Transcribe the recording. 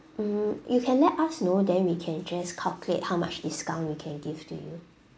mm you can let us know then we can just calculate how much discount we can give to you